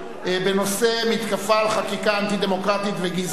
בנושא: מתקפת החקיקה האנטי-דמוקרטית והגזענית,